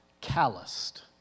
calloused